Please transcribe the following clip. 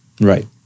Right